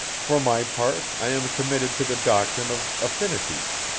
for my part i am committed to the doctrine of affinities.